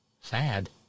sad